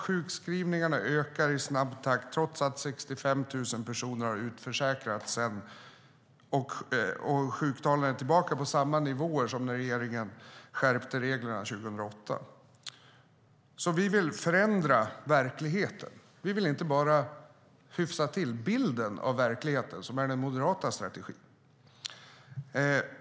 Sjukskrivningarna ökar i snabb takt. Trots att 65 000 personer har utförsäkrats är sjuktalen tillbaka på samma nivåer som när regeringen skärpte reglerna 2008. Vi vill förändra verkligheten. Vi vill inte bara hyfsa till bilden av verkligheten, som är den moderata strategin.